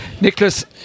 Nicholas